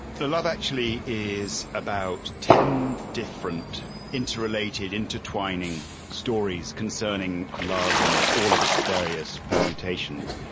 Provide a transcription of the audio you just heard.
the love actually is about ten different interrelated intertwining stories concerning love in all of its various permutations,